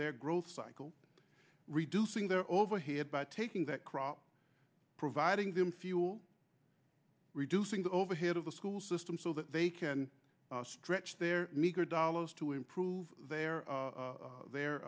their growth cycle reducing their overhead by taking that crop providing them fuel reducing the overhead of the school system so that they can stretch their meager dollars to improve their